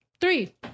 three